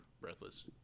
Breathless